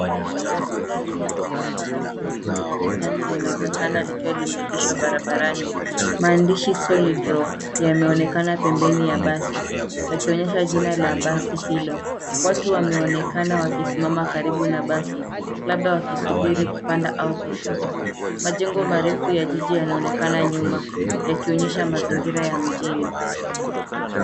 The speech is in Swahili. Basi la abiria lililopakwa rangi nyekundu na kijani linaonekana likiwa limeegeshwa barabarani. Maandishi Solid Rock , yameonekana pembeni ya basi. Yakionyesha jina la basi hilo. watu wameonekana wakisimama karibu na basi. Labda wakisubiri kupanda au kushuka. Majengo marefu ya jiji yanaonekana nyuma, yakionyesha mazingira ya mjini.